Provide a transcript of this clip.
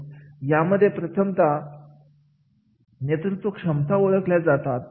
यामध्ये प्रथमतः नेतृत्वक्षमता ओळखल्या जातात